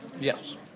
Yes